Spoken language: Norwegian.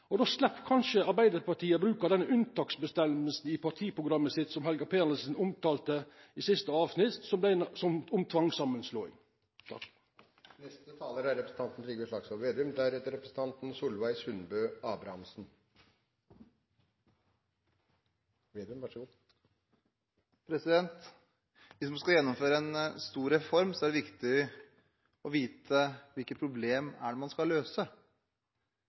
Då slepp kanskje Arbeidarpartiet å bruka denne unntaksbestemminga i partiprogrammet sitt, som Helga Pedersen omtalte, i siste avsnitt om tvangssamanslåing. Hvis man skal gjennomføre en stor reform, er det viktig å vite hvilket problem man skal løse. Der har det vært interessant å følge Høyre over mange år. I perioden 2001–2005 var det